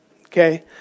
okay